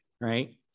right